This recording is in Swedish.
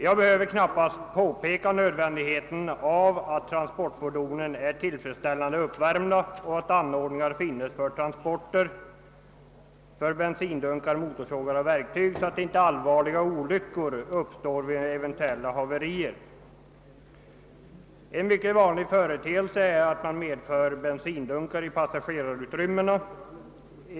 Jag behöver knappast påpeka nödvändigheten av att transportfordonen är tillfredsställande uppvärmda och att anordningar finnes för transport av bensindunkar, motorsågar och verktyg, så att inte allvarliga olyckor uppstår vid eventuella haverier. En mycket vanlig företeelse är att man medför bensindunkar i passagerarutrymmena.